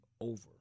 over